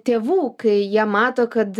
tėvų kai jie mato kad